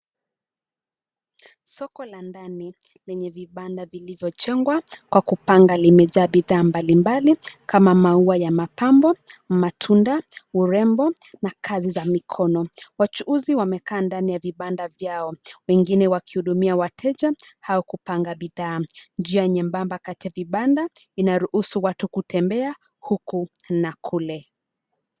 Soko la ndani, lenye vibanda vilivyojengwa, kwa kupanga limejaa bidhaa mbalimbali kama maua ya mapambo, matunda, urembo, na kazi za mikono. Wachuuzi wamekaa ndani ya vibanda vyao, wengine wakihudumia wateja au kupanga bidhaa. Njia nyembamba kati ya vibanda, inaruhusu watu kutembea huku na kule.